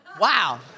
Wow